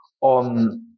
on